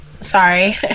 Sorry